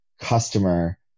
customer